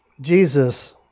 Jesus